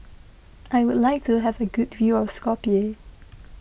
I would like to have a good view of Skopje